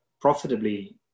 profitably